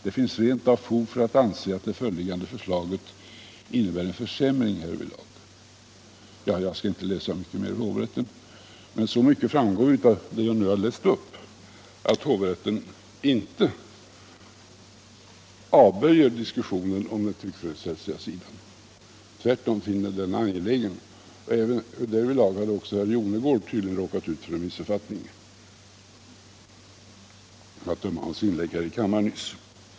Det finns rent av fog för att anse det föreliggande förslaget innebära en försämring härvidlag.” Jag skall inte citera mer ur hovrättens remissvar. Så mycket framgår av vad jag nu har läst upp att hovrätten inte avböjer diskussionen om den tryckfrihetsrättsliga sidan av presstödet. Tvärtom finner den en sådan diskussion angelägen. Tydligen hade även herr Jonnergård råkat ut för en missuppfattning härvidlag att döma av hans inlägg i kammaren nyss.